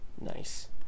nice